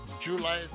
July